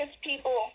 people